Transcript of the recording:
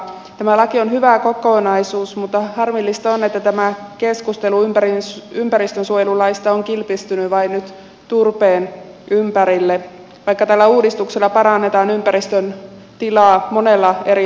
tämä laki on hyvä kokonaisuus mutta harmillista on että tämä keskustelu ympäristönsuojelulaista on kilpistynyt vain nyt turpeen ympärille vaikka tällä uudistuksella parannetaan ympäristön tilaa monella eri osa alueella